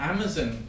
Amazon